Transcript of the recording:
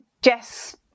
Jess